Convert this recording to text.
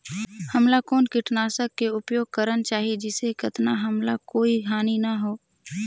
हमला कौन किटनाशक के उपयोग करन चाही जिसे कतना हमला कोई हानि न हो?